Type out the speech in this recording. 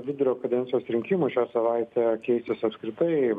vidurio kadencijos rinkimų šią savaitę keisis apskritai